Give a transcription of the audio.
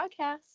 Podcast